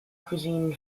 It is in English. cuisine